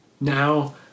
Now